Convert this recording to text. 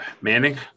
Manning